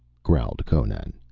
growled conan.